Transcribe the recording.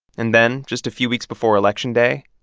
and then, just a few weeks before election day,